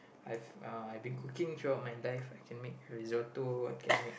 I've uh I've been cooking throughout my entire life I can make risotto I can make